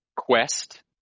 quest